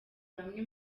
bamwe